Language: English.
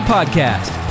Podcast